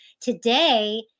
today